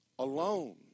alone